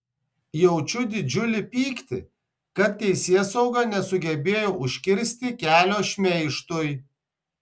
jaučiu didžiulį pyktį kad teisėsauga nesugebėjo užkirsti kelio šmeižtui